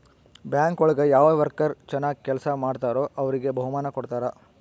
bank ಒಳಗ ಯಾವ worker ಚನಾಗ್ ಕೆಲ್ಸ ಮಾಡ್ತಾರೋ ಅವ್ರಿಗೆ ಬಹುಮಾನ ಕೊಡ್ತಾರ